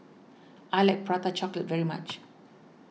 I like Prata Chocolate very much